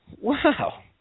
Wow